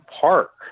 park